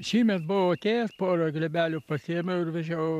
šįmet buvau atėjęs porą glėbelių pasiėmiau ir vežiau